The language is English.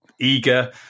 eager –